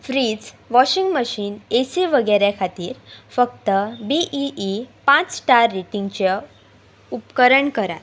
fridge washing machine A C वगैर खातीर फक्त बी ई ई पांच स्टार रेटींगचे उपकरण करात